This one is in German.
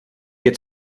geht